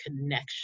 connection